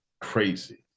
crazy